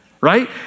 right